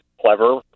Clever